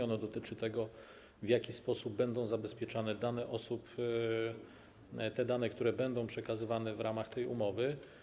Ono dotyczy tego, w jaki sposób będą zabezpieczane dane osób, te dane, które będą przekazywane w ramach tej umowy.